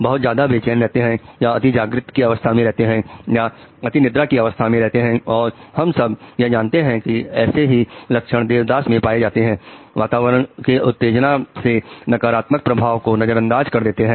बहुत ज्यादा बेचैन रहते हैं या अति जागृत की अवस्था में रहते हैं या अति निद्रा की अवस्था में रहते हैं और हम सब यह जानते हैं कि ऐसे ही लक्षण देवदास में पाए जाते थे वातावरण के उत्तेजना से नकारात्मक प्रभाव को नजरअंदाज कर देते हैं